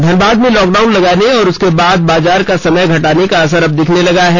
धनबाद में लॉकडाउन लगाने और उसके बाद बाजार का समय घटाने का असर अब दिखने लगा है